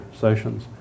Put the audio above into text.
sessions